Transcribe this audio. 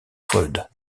freud